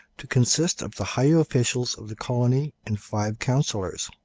to consist of the high officials of the colony and five councillors.